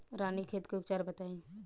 रानीखेत के उपचार बताई?